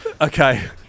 Okay